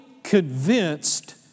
convinced